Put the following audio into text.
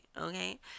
okay